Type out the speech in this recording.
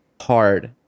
hard